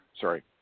sorry